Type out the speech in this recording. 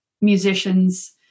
musicians